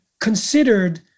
considered